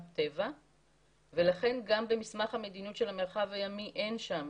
טבע ולכן גם במסמך המדיניות של המרחב הימי אין שם